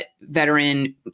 veteran